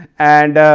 and